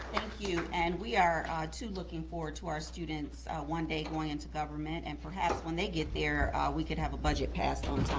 you, and we are too looking forward to our students one day going into government, and perhaps when they get there, we could have a budget passed on time,